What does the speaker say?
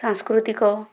ସାଂସ୍କୃତିକ